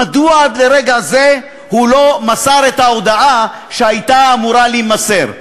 מדוע עד לרגע זה הוא לא מסר את ההודעה שהייתה אמורה להימסר.